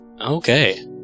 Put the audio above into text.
Okay